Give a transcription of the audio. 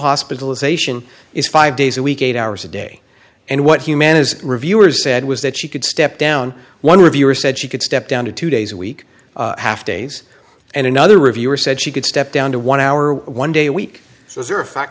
hospitalization is five days a week eight hours a day and what humana is reviewers said was that she could step down one reviewer said she could step down to two days a week have to face and another reviewer said she could step down to one hour one day a week so there are a fact